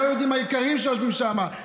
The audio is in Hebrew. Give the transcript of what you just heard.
לא היהודים היקרים שיושבים שם,